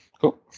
Cool